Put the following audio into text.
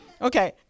Okay